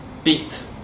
beat